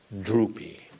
Droopy